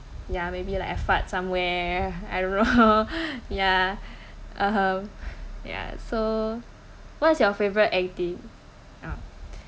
ya maybe like I fart somewhere I don't know ya um ya so what's your favourite acti~ ah